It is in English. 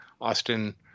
Austin